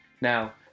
now